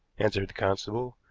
answered the constable.